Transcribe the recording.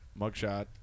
mugshot